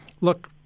Look